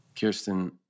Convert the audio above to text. Kirsten